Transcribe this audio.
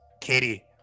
Katie